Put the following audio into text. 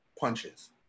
punches